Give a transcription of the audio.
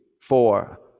four